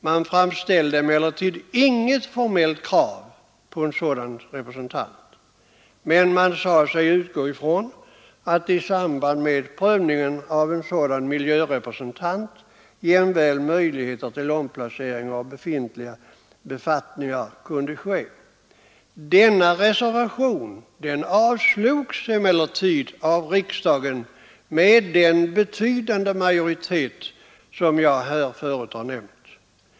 Det framställdes inget formellt krav på en sådan representant, men reservanterna sade sig utgå från att Kungl. Maj:t i samband med prövningen av frågan skulle beakta jämväl möjligheterna till omplacering av befintliga befattningar. Reservationen avslogs av riksdagen med den betydande majoritet som jag förut har nämnt.